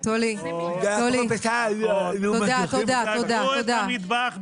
לו לא היו מתים שלושה אנשים.